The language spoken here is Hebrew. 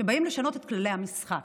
שבאים בו לשנות את כללי המשחק,